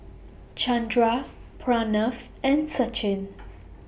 Chandra Pranav and Sachin